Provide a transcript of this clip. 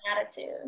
attitude